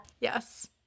yes